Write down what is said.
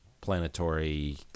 planetary